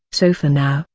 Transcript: so for now,